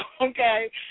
okay